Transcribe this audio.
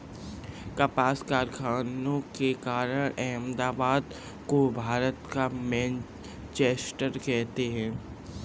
कपास कारखानों के कारण अहमदाबाद को भारत का मैनचेस्टर कहते हैं